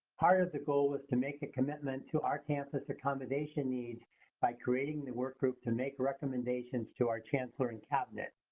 part of the goal was to make commitment to our campus accommodation needs by creating the work group to make recommendations to our chancellor and cabinet.